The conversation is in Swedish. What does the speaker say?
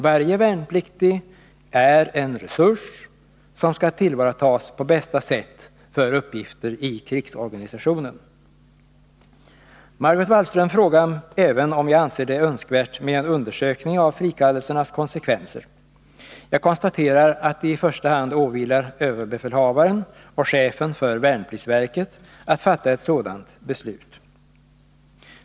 Varje värnpliktig är en resurs som skall tillvaratas på bästa sätt för uppgitter i krigsorganisationen. Margot Wallström frågade mig även om jag anser det önskvärt med en undersökning av frikallelsernas konsekvenser. Jag konstaterar att det i första hand åvilar överbefälhavaren och chefen för värnpliktsverket att fatta ett sådant beslut.